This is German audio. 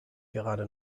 gerade